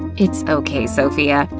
it's okay sophia.